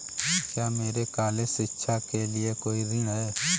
क्या मेरे कॉलेज शिक्षा के लिए कोई ऋण है?